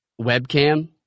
webcam